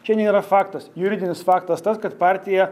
čia nėra faktas juridinis faktas tas kad partija